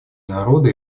народа